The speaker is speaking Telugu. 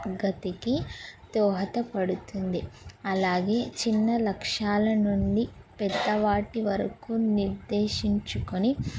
గతికి దోహదపడుతుంది అలాగే చిన్న లక్ష్యాల నుండి పెద్దవాటి వరకు నిర్దేశించుకొని